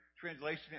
translation